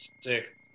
Sick